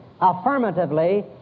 affirmatively